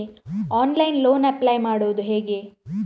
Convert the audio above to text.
Online loan apply ಮಾಡುವುದು ಹೇಗೆ?